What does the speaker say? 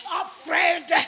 afraid